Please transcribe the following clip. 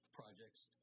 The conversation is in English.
projects